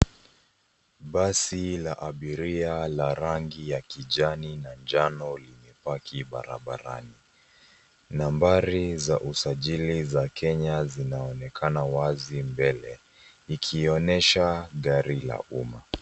Basi la abiria la rangi ya kijani na njano limepaki barabarani. Nambari za usajili za Kenya zinaonekana wazi mbele, ikionyesha gari la umma.